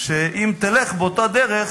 שאם תלך באותה דרך